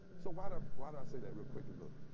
so why did ah why did i say that? really quickly look.